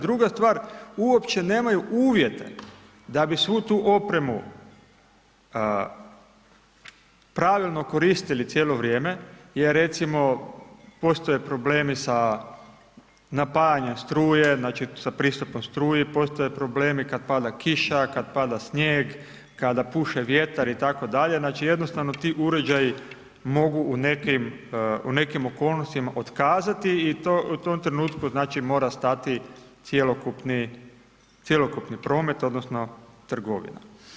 Druga stvar, uopće nemaju uvjete da bi svu tu opremu pravilno koristili cijelo vrijeme jer recimo postoje problemi sa napajanjem struje, znači, sa pristupom struji, postoje problemi kad pada kiša, kad pada snijeg, kada puše vjetar itd., znači, jednostavno ti uređaji mogu u nekim okolnostima otkazati i u tom trenutku, znači, mora stati cjelokupni promet odnosno trgovina.